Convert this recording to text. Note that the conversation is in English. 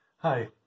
Hi